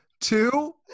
two